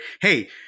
hey